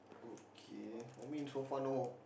okay for me so far no